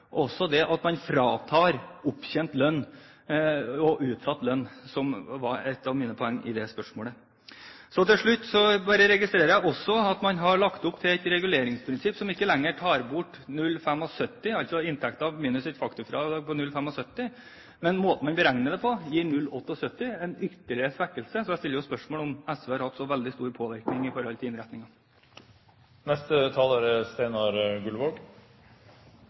også slik at man fratar opptjent lønn og utsatt lønn – som var ett av mine poeng i det spørsmålet. Så til slutt bare registrerer jeg også at man har lagt opp til et reguleringsprinsipp som ikke lenger tar bort 0,75 pst., altså inntekten minus et faktorfradrag på 0,75 pst. Men måten man beregner det på, gir 0,78 pst. – en ytterligere svekkelse. Så jeg stiller jo spørsmål ved om SV har hatt så veldig stor påvirkning på innretningen. Jeg synes det er ganske oppsiktsvekkende at komitéleder og Fremskrittspartiets talsmann i